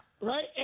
Right